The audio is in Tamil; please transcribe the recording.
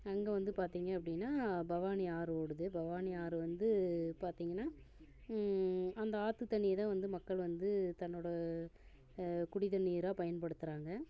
அங்கே வந்து பார்த்திங்க அப்படினா பவானி ஆறு ஓடுது பவானி ஆறு வந்து பார்த்திங்கனா அந்த ஆற்று தண்ணியை தான் வந்து மக்கள் வந்து தன்னோட குடி தண்ணீராக பயன்படுத்துகிறாங்க